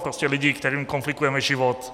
Prostě lidi, kterým komplikujeme život.